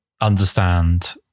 understand